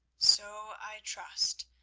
so i trust,